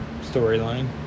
storyline